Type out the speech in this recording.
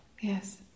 Yes